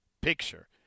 picture